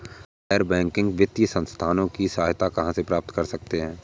हम गैर बैंकिंग वित्तीय संस्थानों की सहायता कहाँ से प्राप्त कर सकते हैं?